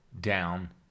down